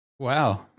Wow